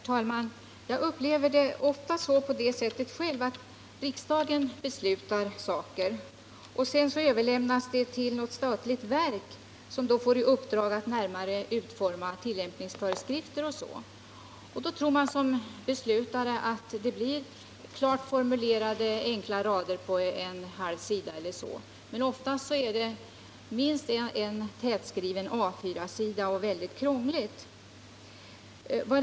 Herr talman! Jag upplever det ofta själv så att riksdagen beslutar en sak och att sedan något statligt verk får i uppdrag att närmare utforma tillämpningsföreskrifter. Då tror man som beslutsfattare att det blir klart formulerade, enkla regler på ungefär en halv sida. Men oftast är det minst en tätskriven A4-sida och väldigt krångligt formulerat.